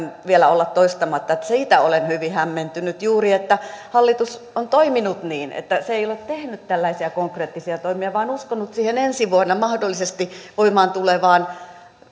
vielä olla toistamatta että siitä olen hyvin hämmentynyt juuri että hallitus on toiminut niin että se ei ole tehnyt tällaisia konkreettisia toimia vaan uskonut siihen ensi vuonna mahdollisesti voimaan tulevaan